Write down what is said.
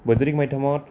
বৈদ্যুতিক মাধ্যমত